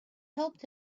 helped